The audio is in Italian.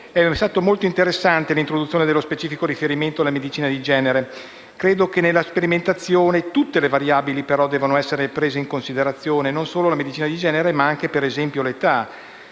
È molto interessante l'introduzione dello specifico riferimento alla medicina di genere. Credo che nella sperimentazione tutte le variabili debbano essere prese in considerazione e non solo la medicina di genere, ma anche, ad esempio, l'età.